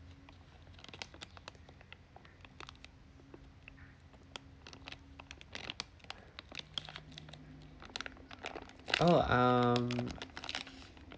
oh um